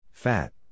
Fat